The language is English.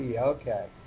okay